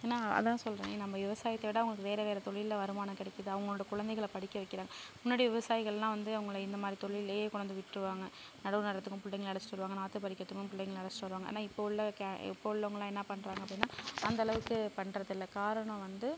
ஏன்னா அதுதான் சொல்றேனே நம்ம விவசாயத்தோட அவங்களுக்கு வேற வேற தொழில்ல வருமானம் கிடைக்குது அவங்களோட குழந்தைகள படிக்க வைக்கிறாங்க முன்னாடி விவசாயிகள்லாம் வந்து அவங்கள இந்த மாதிரி தொழில்லயே கொண்டாந்து விட்டுருவாங்க நடவு நடுறதுக்கும் பிள்ளைங்கள அழைச்சிட்டு வருவாங்க நாற்று பறிக்கிறதுக்கும் பிள்ளைங்கள அழைச்சிட்டு வருவாங்க ஆனால் இப்போது உள்ள கே இப்போது உள்ளவங்கலாம் என்ன பண்ணுறாங்க அப்படின்னா அந்த அளவுக்கு பண்ணுறது இல்லை காரணம் வந்து